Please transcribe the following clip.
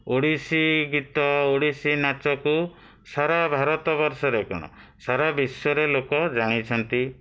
ଓଡ଼ିଶୀ ଗୀତ ଓଡ଼ିଶୀ ନାଚକୁ ସାରା ଭାରତ ବର୍ଷରେ କ'ଣ ସାରା ବିଶ୍ୱରେ ଲୋକ ଜାଣିଛନ୍ତି